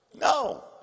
No